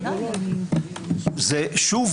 שוב,